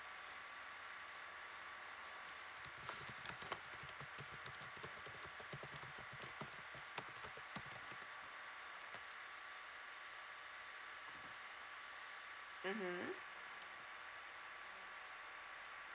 mmhmm